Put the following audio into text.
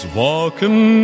walking